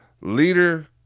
leader